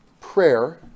prayer